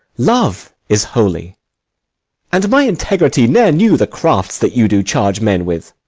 love is holy and my integrity ne'er knew the crafts that you do charge men with.